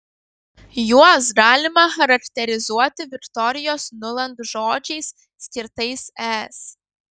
juos galima charakterizuoti viktorijos nuland žodžiais skirtais es